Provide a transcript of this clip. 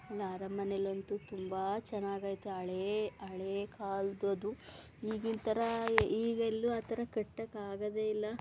ಇನ್ನು ಅರಮನೆಲ್ಲಂತು ತುಂಬ ಚನಾಗಿದೆ ಹಳೇ ಹಳೇ ಕಾಲದ್ದು ಅದು ಈಗಿನ ಥರ ಈಗೆಲ್ಲು ಆ ಥರ ಕಟ್ಟಕಾಗೋದೆ ಇಲ್ಲ